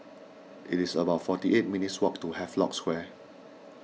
it is about forty eight minutes' walk to Havelock Square